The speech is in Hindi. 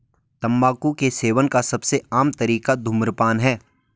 तम्बाकू के सेवन का सबसे आम तरीका धूम्रपान है